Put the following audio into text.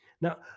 Now